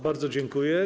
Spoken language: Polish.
Bardzo dziękuję.